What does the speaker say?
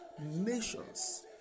nations